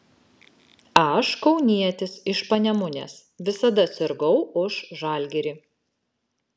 aš kaunietis iš panemunės visada sirgau už žalgirį